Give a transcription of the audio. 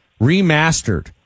remastered